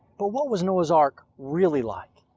but what was noah's ark really like?